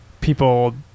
people